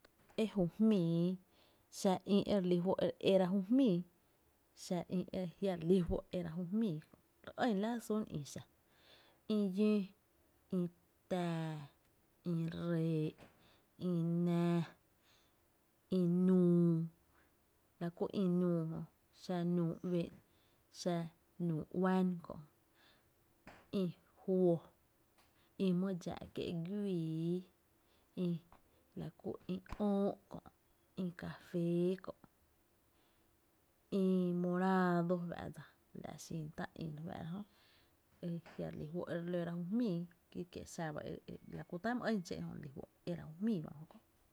E jú jmíií, xa ï e re lí fó’ re éra ju jmíi, xá ï e ajia’ relí fó’ re éra jú jmíi, re ɇn la jy ï e xa: ï llóo, ï tⱥⱥ, ïn ree’, ï nää, i nüü, la kú ï nüü jö, xa nüü uɇ’n, xa nüü uán kö, ï juo, ï my dxáá’ kié’ güií, ï la kú ï öö’ Kö’, Ï cafee kö’, ï morado fá’ dsa, la’ xin tá’ e re fáá’ra jö e jia’ re lí fó’ e re lóra ju jmíi, ki kie’ xaba, la ku tá’ e my ɇn xé’n jö re lí fó’ re éra ju jmíi ba ejö.